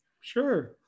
sure